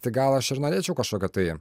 tai gal aš ir norėčiau kažkokio tai